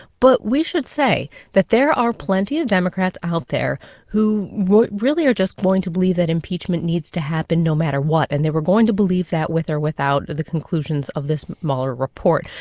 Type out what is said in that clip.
but we should say that there are plenty of democrats out there who really are just going to believe that impeachment needs to happen no matter what. and they were going to believe that with or without the conclusions of this mueller report.